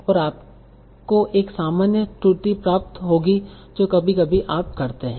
और आपको एक सामान्य त्रुटि प्राप्त होगी जो कभी कभी आप करते हैं